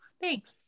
Thanks